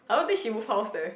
I don't think she move house leh